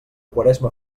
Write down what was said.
quaresma